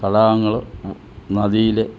തടാകങ്ങളും നദിയിലെ